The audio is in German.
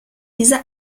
diese